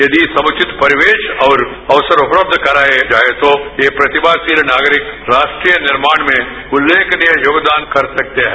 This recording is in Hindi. यदि समुचित परिवेश और अवसर उपलब्ध कराये जायें तो ये प्रतिभाशील नागरिक राष्ट्र निर्माण में उल्लेखनीय योगदान कर सकते हैं